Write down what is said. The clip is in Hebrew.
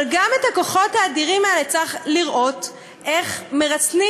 אבל גם את הכוחות האדירים האלה צריך לראות איך מרסנים,